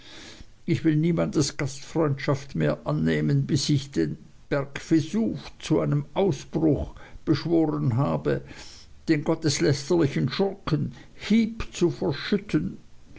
ich will niemandes gastfreundschaft mehr annehmen bis ich den berg vesuv zu einem ausbruch beschworen habe den gotteslästerlichen schurken heep zu verschütten